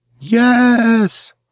Yes